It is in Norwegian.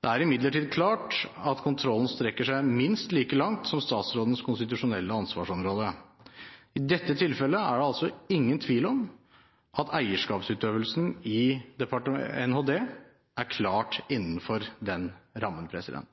Det er imidlertid klart at kontrollen strekker seg minst like langt som statsrådens konstitusjonelle ansvarsområde. I dette tilfellet er det altså ingen tvil om at eierskapsutøvelsen i NHD er klart innenfor den rammen.